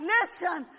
Listen